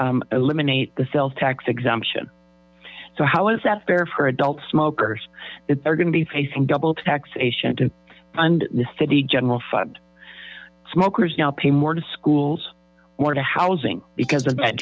to eliminate the sales tax exemption so how is that fair for adult smokers that they're going to be facing double taxation to fund the city general fund smokers now pay more to schools mo to housing because